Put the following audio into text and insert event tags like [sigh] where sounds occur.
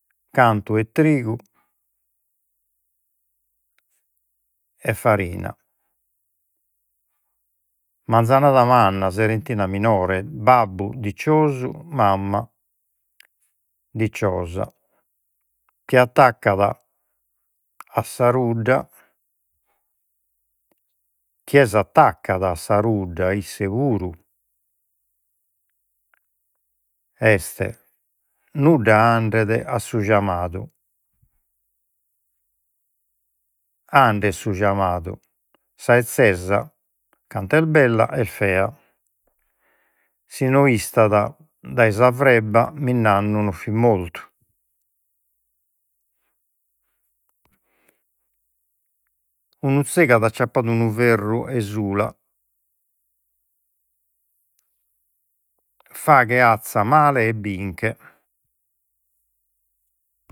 Cantu e trigu [hesitation] farina, manzanada manna, serentina minore, babbu diciosu, mama diciosa, chie attaccat [hesitation] rudda chie s'attaccat a sa rudda isse puru est nudda, andet su giamadu, andet su giamadu. Sa ezzesa cant'est bella est fea [hesitation] no istat dai sa frebba, minnannu no fit mortu [hesitation] unu zegu at acciappadu unu ferru 'e sula. Faghe azza male e binche.